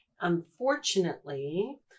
unfortunately